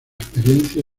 experiencia